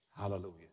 Hallelujah